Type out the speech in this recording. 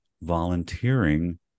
volunteering